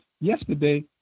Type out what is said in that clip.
yesterday